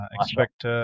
Expect